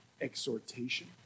exhortation